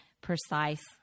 precise